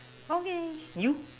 okay you